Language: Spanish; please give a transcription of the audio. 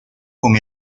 con